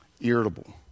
irritable